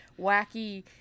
wacky